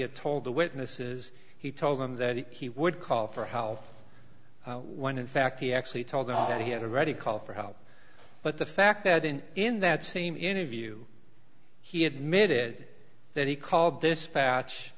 had told the witnesses he told them that he would call for help when in fact he actually told them that he had already called for help but the fact that and in that same interview he admitted that he called